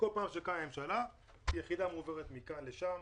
כל פעם שקמה ממשלה, יחידה מועברת מכאן משם